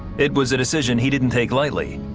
it was a decision he didn't take lightly,